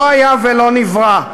לא היה ולא נברא.